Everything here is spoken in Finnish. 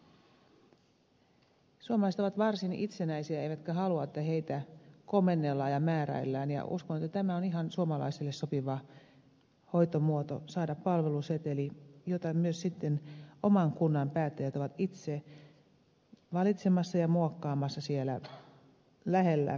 suomalaiset ovat varsin itsenäisiä eivätkä halua että heitä komennellaan ja määräillään ja uskon että tämä on suomalaisille sopiva hoitomuoto saada palveluseteli jota myös oman kunnan päättäjät ovat itse valitsemassa ja muokkaamassa siellä lähellä kuntalaisia